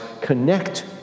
connect